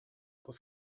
por